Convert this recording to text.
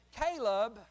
Caleb